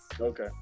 okay